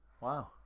Wow